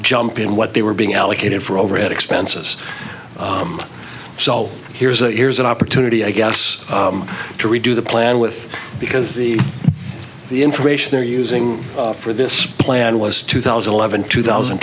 jump in what they were being allocated for overhead expenses so here's a here's an opportunity i guess to redo the plan with because the information they're using for this plan was two thousand and eleven two thousand